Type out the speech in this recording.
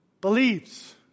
believes